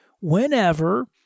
whenever